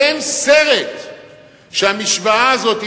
אין סרט שהמשוואה הזאת,